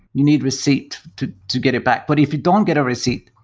you need receipt to to get it back. but if you don't get a receipt,